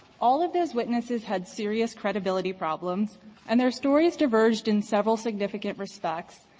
all of those witnesses had serious credibility problems and their stories diverged in several significant respects,